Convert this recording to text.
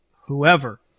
whoever